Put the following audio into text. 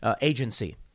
agency